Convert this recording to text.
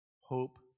hope